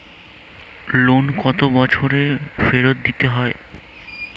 Loan কত বছরে ফেরত দিতে হয়?